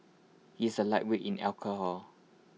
he is A lightweight in alcohol